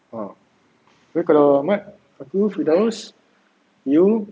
oh then kalau ahmad aku firdaus you